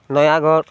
Nayagarh